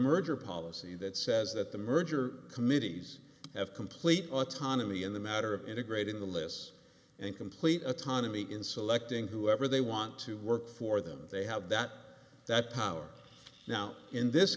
merger policy that says that the merger committees have complete autonomy in the matter of integrating the lists and complete autonomy in selecting whoever they want to work for them they have that that power now in this